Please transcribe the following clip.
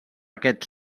aquest